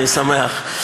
אני שמח.